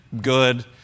good